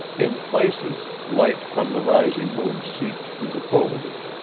in places, light from the rising moon seeped through the foliage,